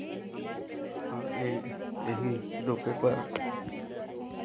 हाँ यही यही दो पेपर